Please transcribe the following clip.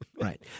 right